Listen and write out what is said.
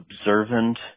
observant